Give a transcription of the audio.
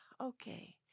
okay